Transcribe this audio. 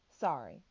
Sorry